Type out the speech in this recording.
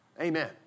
Amen